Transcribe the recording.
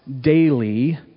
daily